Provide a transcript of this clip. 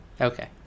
Okay